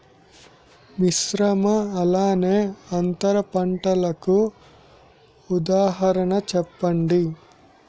మిశ్రమ అలానే అంతర పంటలకు ఉదాహరణ చెప్పండి?